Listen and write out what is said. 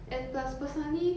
and plus personally